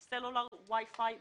סלולר, וו'יפיי ובלוטוס,